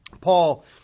Paul